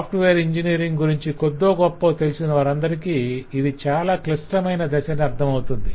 software engineering గురించి కొద్దో గొప్పో తెలిసిన వారందరికీ ఇది చాలాక్లిష్టమైన దశ అని అర్ధమవుతుంది